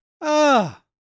Ah